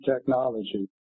technology